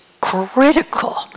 critical